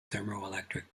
thermoelectric